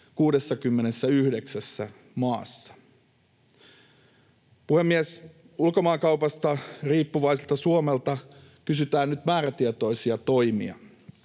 69 maassa. Puhemies! Ulkomaankaupasta riippuvaiselta Suomelta kysytään nyt määrätietoisia toimia.